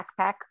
backpack